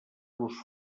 los